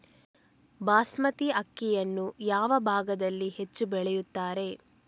ಬಾಸ್ಮತಿ ಅಕ್ಕಿಯನ್ನು ಯಾವ ಭಾಗದಲ್ಲಿ ಹೆಚ್ಚು ಬೆಳೆಯುತ್ತಾರೆ?